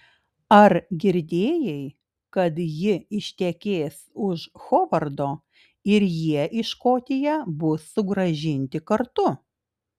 ar girdėjai kad ji ištekės už hovardo ir jie į škotiją bus sugrąžinti kartu